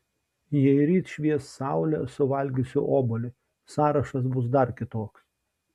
jei ryt švies saulė suvalgysiu obuolį sąrašas bus dar kitoks